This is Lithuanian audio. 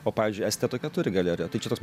o pavyzdžiui estija tokią turi galeriją tai čia toks